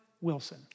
Wilson